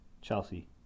Chelsea